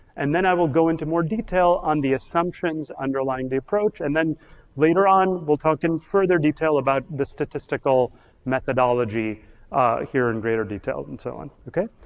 and then i will go into more detail on the assumptions underlying the approach and then later on we'll talk in further detail about the statistical methodology here in greater detail and so on, okay?